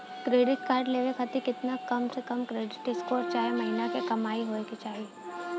Credit card लेवे खातिर केतना कम से कम क्रेडिट स्कोर चाहे महीना के कमाई होए के चाही?